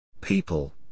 People